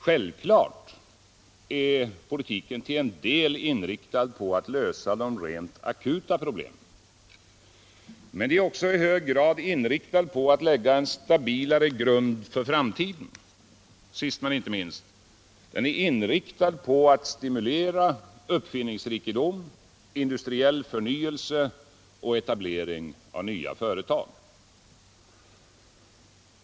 Självklart är politiken till en del inriktad på att lösa rent akuta problem. Men den är också i hög grad inriktad på att lägga en stabilare grund för framtiden. Sist men inte minst är den inriktad på att stimulera uppfinningsrikedom, industriell förnyelse och etablering av nya företag.